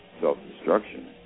self-destruction